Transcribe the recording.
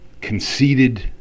conceited